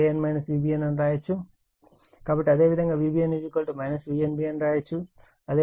కాబట్టి అదేవిధంగా Vbn Vnb అని రాయవచ్చు